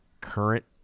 current